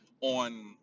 on